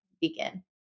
begin